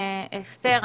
אסתר,